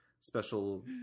special